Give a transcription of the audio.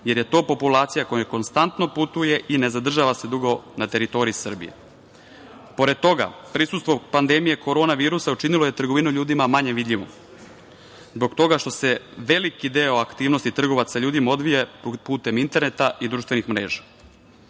jer je to populacija koja konstantno putuje i ne zadržava se dugo na teritoriji Srbije. Pored toga, prisustvo pandemije korona virusa učinilo je trgovinu ljudima manje vidljivom zbog toga što se veliki deo aktivnosti trgovaca ljudima odvija putem interneta i društvenih